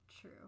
true